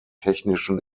technischen